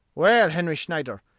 well, henry snyder,